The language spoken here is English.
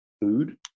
food